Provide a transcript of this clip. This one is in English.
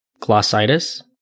glossitis